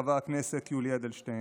חבר הכנסת יולי אדלשטיין,